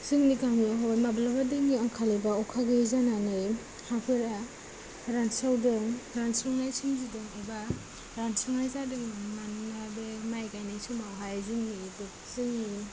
जोंनि गामियावहाय माब्लाबा दैनि आंखाल एबा अखा गैयि जानानै हाफोरा रानस्रावदों रानस्रावनाय सोमजिदों एबा रानस्रावनाय जादों नामा मानोना बे माइ गायनाय समावहाय जोंनि जोंनि